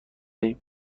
ایم